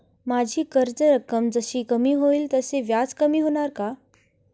माझी कर्ज रक्कम जशी कमी होईल तसे व्याज कमी होणार का?